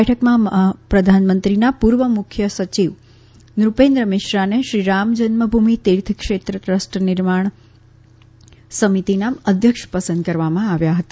બેઠકમાં પ્રધાનમંત્રીના પૂર્વ મુખ્ય સચિવ નૃપેન્દ્ર મિશ્રાને શ્રી રામજન્મભૂમિ તીર્થ ક્ષેત્ર ટ્રસ્ટના મંદિર નિર્માણ સમિતિના અધ્યક્ષ પસંદ કરવામાં આવ્યા હતા